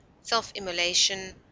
self-immolation